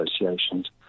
associations